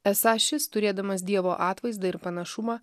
esą šis turėdamas dievo atvaizdą ir panašumą